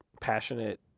passionate